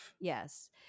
Yes